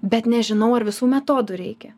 bet nežinau ar visų metodų reikia